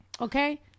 okay